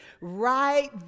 right